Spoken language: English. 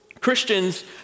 Christians